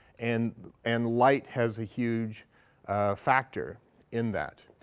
and and light has a huge factor in that.